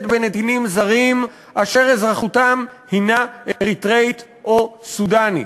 בנתינים זרים אשר אזרחותם הנה אריתריאית או סודאנית.